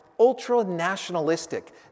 ultra-nationalistic